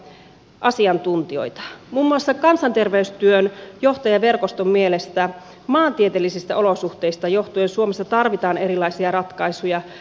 muun muassa kansanterveystyön johtajaverkoston mielestä maantieteellisistä olosuhteista johtuen suomessa tarvitaan erilaisia ratkaisuja